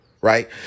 right